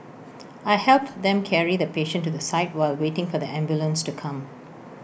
I helped them carry the patient to the side while waiting for the ambulance to come